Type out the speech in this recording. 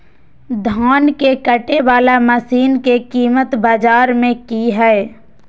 धान के कटे बाला मसीन के कीमत बाजार में की हाय?